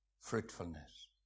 Fruitfulness